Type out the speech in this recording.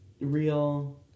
Real